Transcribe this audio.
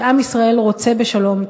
שעם ישראל רוצה בשלום,